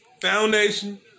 Foundation